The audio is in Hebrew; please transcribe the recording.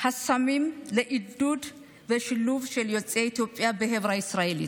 חסמים לעידוד ושילוב של יוצאי אתיופיה בחברה הישראלית.